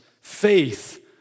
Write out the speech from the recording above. faith